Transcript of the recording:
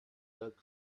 doug